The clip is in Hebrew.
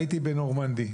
בנורמנדי,